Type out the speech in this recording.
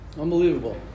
Unbelievable